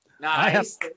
Nice